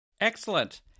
Excellent